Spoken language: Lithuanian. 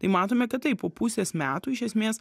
tai matome kad taip po pusės metų iš esmės